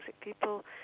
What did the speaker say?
people